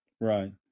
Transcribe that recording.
Right